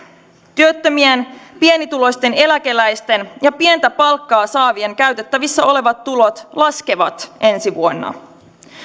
työttömien pienituloisten eläkeläisten ja pientä palkkaa saavien käytettävissä olevat tulot laskevat ensi vuonna